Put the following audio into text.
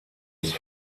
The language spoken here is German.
ist